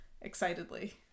excitedly